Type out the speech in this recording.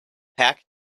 pack